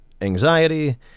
anxiety